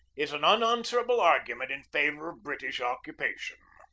is an unanswerable argument in favor of british occupation.